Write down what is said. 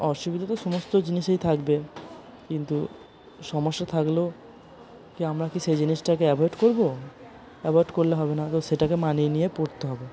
অসুবিধে তো সমস্ত জিনিসেই থাকবে কিন্তু সমস্যা থাকলেও কি আমরা কি সেই জিনিসটাকে অ্যাভয়েড করবো অ্যাভয়েড করলে হবে না সেটাকে মানিয়ে নিয়েই পরতে হবে